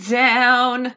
down